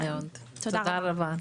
נכון מאוד, תודה רבה.